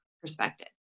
perspective